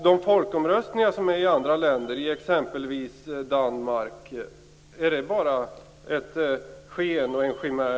Är folkomröstningarna i andra länder, exempelvis i Danmark, också bara ett sken och en chimär?